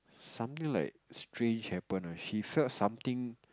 something like strange happen ah she felt something